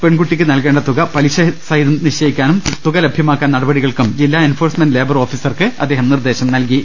പെൺകുട്ടിക്ക് നൽകേ ണ്ടതുക പലിശസ്ഹിതം നിശ്ചയിക്കാനും തുക ലഭ്യമാക്കാൻ നടപടി കൾക്കും ജില്ലാ എൻഫോഴ്സ്മെന്റ് ലേബർ ഓഫീസർക്ക് നിർദ്ദേശം നൽകി